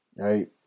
right